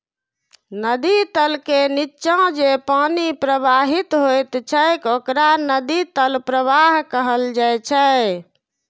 नदी तल के निच्चा जे पानि प्रवाहित होइत छैक ओकरा नदी तल प्रवाह कहल जाइ छै